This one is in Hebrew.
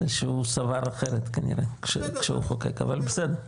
שהוא סבר אחרת כנראה כשהוא חוקק, אבל בסדר.